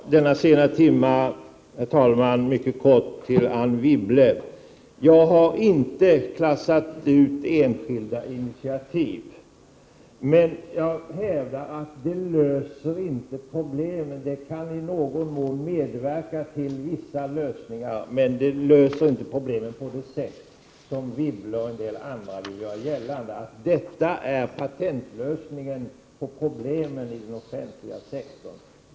Prot. 1988/89:129 Herr talman! Jag har inte klassat ut enskilda initiativ, Anne Wibble. De — 6 juni 1989 kan i någon mån medverka till vissa lösningar, men jag hävdar att de inte ä ä i SR Den kommunala löser problemen på det sätt som Anne Wibble och andra vill göra gällande. Köln De tycks mena att enskilda initiativ är patentlösningen på problemen inom den offentliga sektorn.